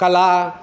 कला